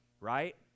Right